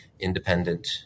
independent